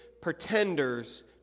pretenders